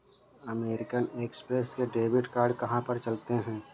American Express के debit card कहाँ पर चलते हैं?